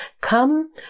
come